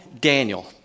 Daniel